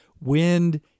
Wind